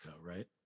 right